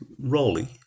rolly